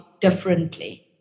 differently